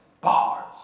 Bars